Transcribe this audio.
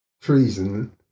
treason